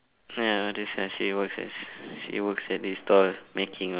ya all this lah she works at she works at this store making all this